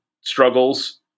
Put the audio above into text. struggles